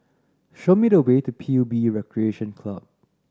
show me the way to P U B Recreation Club